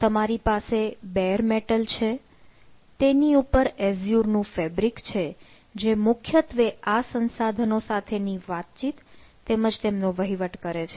તો તમારી પાસે બેર મેટલ છે તેની ઉપર એઝ્યુર નું ફેબ્રિક છે જે મુખ્યત્વે આ સંસાધનો સાથે ની વાતચીત તેમજ તેમનો વહીવટ કરે છે